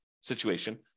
situation